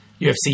UFC